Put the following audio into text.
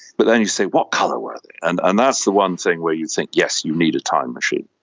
but then you say, what colour were they? and and that's the one thing where you think, yes, you need a time machine.